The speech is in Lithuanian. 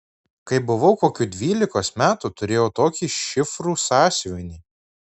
kai buvau kokių dvylikos metų turėjau tokį šifrų sąsiuvinį